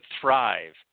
thrive